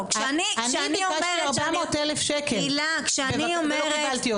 לא --- אני ביקשתי 400 אלף שקל ולא קיבלתי אותם.